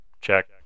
check